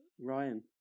Ryan